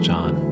John